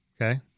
Okay